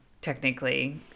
technically